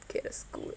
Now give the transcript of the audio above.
okay that's good